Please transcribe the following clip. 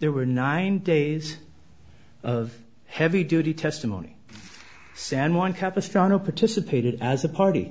there were nine days of heavy duty testimony san juan capistrano participated as a party